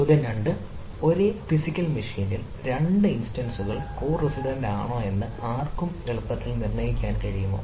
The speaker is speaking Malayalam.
ചോദ്യം രണ്ട് ഒരേ ഫിസിക്കൽ മെഷീനിൽ രണ്ട് ഇൻസ്റ്റൻസസ്കൾ കോ റസിഡന്റ് ആണോ എന്ന് ആർക്കും എളുപ്പത്തിൽ നിർണ്ണയിക്കാൻ കഴിയുമോ